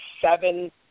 seven